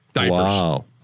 Wow